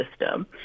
system